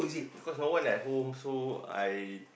because no one at home so I